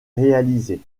réalisés